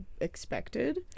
expected